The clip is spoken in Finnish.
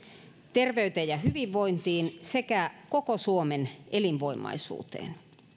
terveyteen ja hyvinvointiin sekä koko suomen elinvoimaisuuteen